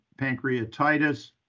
pancreatitis